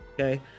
Okay